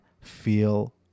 feel